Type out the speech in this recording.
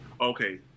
Okay